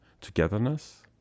togetherness